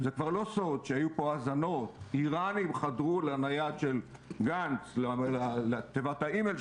אבל אתם סוגרים פה ג'ובים על גבי ג'ובים במקום לנזוף במשנה לנשיאה?